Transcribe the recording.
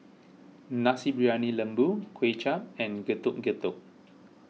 Nasi Briyani Lembu Kuay Chap and Getuk Getuk